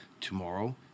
tomorrow